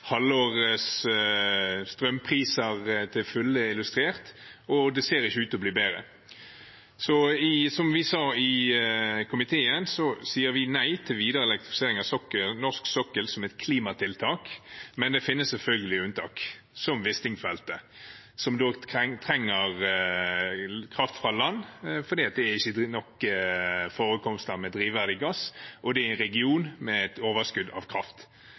halvårets strømpriser til fulle illustrert, og det ser ikke ut til å bli bedre. Som vi sa i komiteen, sier vi nei til videre elektrifisering av norsk sokkel som et klimatiltak. Men det finnes selvfølgelig unntak, som Wisting-feltet, som trenger kraft fra land fordi det ikke er nok forekomster av drivverdig gass, og det er en region med overskudd av kraft.